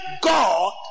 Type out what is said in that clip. God